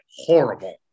Horrible